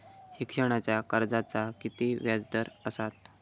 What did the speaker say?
शिक्षणाच्या कर्जाचा किती व्याजदर असात?